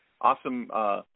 awesome